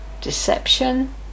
Deception